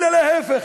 אלא להפך,